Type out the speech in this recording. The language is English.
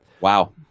wow